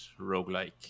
roguelike